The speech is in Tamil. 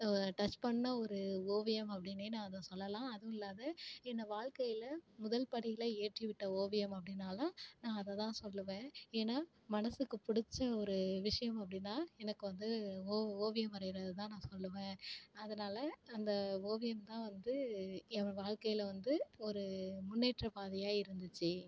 டச் பண்ண ஒரு ஓவியம் அப்படின்னே நான் அதை சொல்லெலாம் அதுவும் இல்லாத என்ன வாழ்க்கையில முதல் படியில் ஏற்றிவிட்ட ஓவியம் அப்படின்னால நான் அதை தான் சொல்லுவேன் ஏன்னால் மனசுக்கு பிடிச்ச ஒரு விஷயம் அப்படின்னா எனக்கு வந்து ஓ ஓவியம் வரைகிறது தான் நான் சொல்லுவேன் அதனால் அந்த ஓவியம் தான் வந்து என் வாழ்க்கையில வந்து ஒரு முன்னேற்றப் பாதையாக இருந்துச்சு